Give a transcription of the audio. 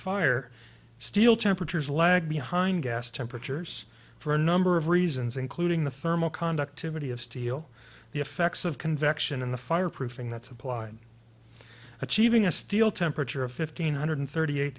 fire steel temperatures lag behind gas temperatures for a number of reasons including the thermal conductivity of steel the effects of convection in the fireproofing that's applied achieving a steel temperature of fifteen hundred thirty eight